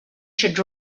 should